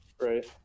right